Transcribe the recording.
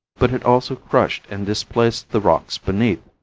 but it also crushed and displaced the rocks beneath.